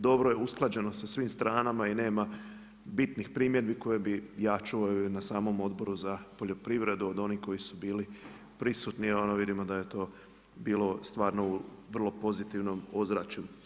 Dobro je usklađeno sa svim stranama i nema bitnih primjedbi koje bi ja čuo i na samom Odboru za poljoprivredu od onih koji su bili prisutni onda vidimo da je to bilo stvarno u vrlo pozitivnom ozračju.